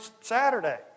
Saturday